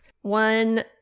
One